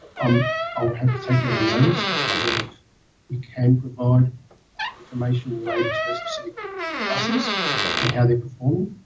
um i'll have to take that on notice to find out if we can provide information related to those specific buses and how they're performing.